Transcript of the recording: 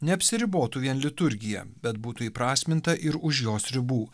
neapsiribotų vien liturgija bet būtų įprasminta ir už jos ribų